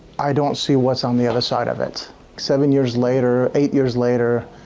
i don't see what's on the other side of it seven years later eight years later